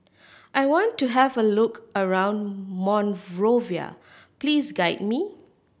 I want to have a look around Monrovia please guide me